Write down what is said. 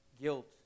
guilt